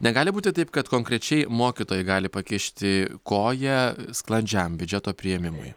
negali būti taip kad konkrečiai mokytojai gali pakišti koją sklandžiam biudžeto priėmimui